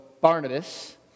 Barnabas